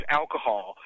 alcohol